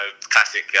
classic